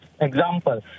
Example